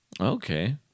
Okay